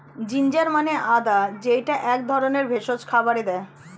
ginger মানে আদা যেইটা এক ধরনের ভেষজ খাবারে দেয়